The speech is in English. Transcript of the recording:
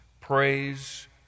Praise